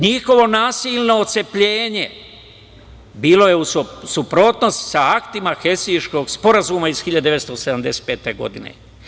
Njihovo nasilno otcepljenje bilo je u suprotnosti sa aktima Helsingškog sporazuma iz 1975. godine.